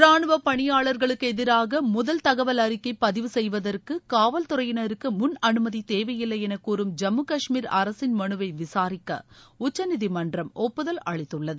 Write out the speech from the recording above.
ரானுவ பணியாள்களுக்கு எதிராக முதல் தகவல் அறிக்கை பதிவு செய்வதற்கு காவல்துறையினருக்கு முன் அனுமதி தேவையில்லை என கூறும் ஜம்மு கஷ்மீர் அரசின் மனுவை விசாரிக்க உச்சநீதிமன்றம் ஒப்புதல் அளித்துள்ளது